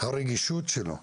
הרגישות שלו,